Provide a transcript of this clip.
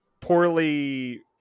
poorly